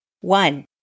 one